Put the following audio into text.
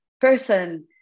person